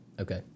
Okay